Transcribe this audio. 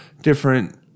different